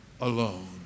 alone